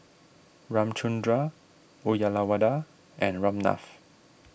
Ramchundra Uyyalawada and Ramnath